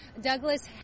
Douglas